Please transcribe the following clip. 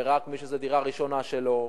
ורק מי שזו הדירה הראשונה שלו,